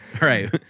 right